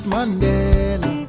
Mandela